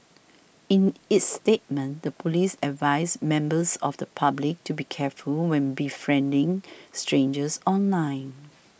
in its statement the police advised members of the public to be careful when befriending strangers online